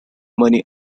money